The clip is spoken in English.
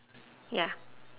ya